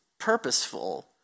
purposeful